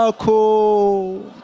ah ku